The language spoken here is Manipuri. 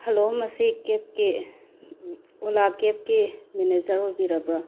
ꯍꯜꯂꯣ ꯃꯁꯤ ꯀꯦꯞꯀꯤ ꯑꯣꯂꯥ ꯀꯦꯞꯀꯤ ꯃꯦꯅꯦꯖꯔ ꯑꯣꯏꯕꯤꯔꯕ꯭ꯔꯣ